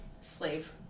slave